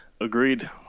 Agreed